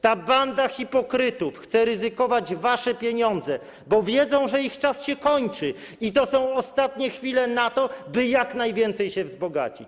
Ta banda hipokrytów chce ryzykować wasze pieniądze, bo wiedzą, że ich czas się kończy i to są ostatnie chwile na to, by jak najwięcej się wzbogacić.